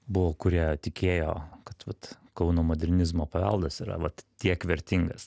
buvo kurie tikėjo kad vat kauno modernizmo paveldas yra vat tiek vertingas